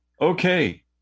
Okay